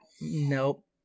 Nope